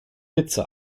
hitze